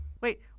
Wait